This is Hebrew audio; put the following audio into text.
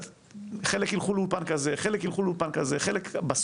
חלק ילכו לאולפן כזה, חלק ילכו לאולפן כזה.